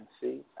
see